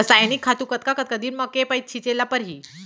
रसायनिक खातू कतका कतका दिन म, के पइत छिंचे ल परहि?